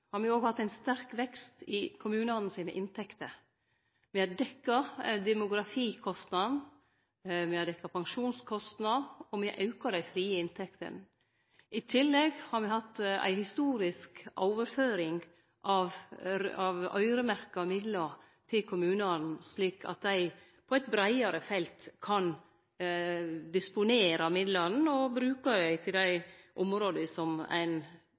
har me òg hatt ein sterk vekst i kommunane sine inntekter. Me har dekt demografikostnadene, me har dekt pensjonskostnadene, og me har auka dei frie inntektene. I tillegg har me hatt ei historisk overføring av øyremerkte midlar til kommunane, slik at dei på eit breiare felt kan disponere midlane og bruke dei til dei områda der ein